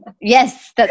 Yes